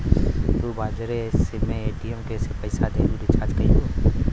तू बजारे मे ए.टी.एम से पइसा देलू, रीचार्ज कइलू